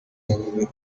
yagombye